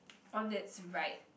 on it's right